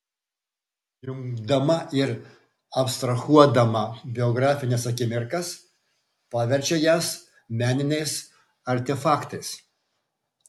jungdama ir abstrahuodama biografines akimirkas paverčia jas meniniais artefaktais